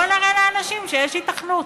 בוא נראה לאנשים שיש היתכנות.